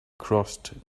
crossed